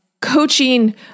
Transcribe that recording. Coaching